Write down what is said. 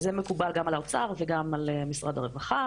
זה מקובל גם על האוצר וגם על משרד הרווחה.